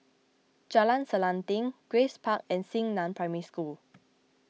Jalan Selanting Grace Park and Xingnan Primary School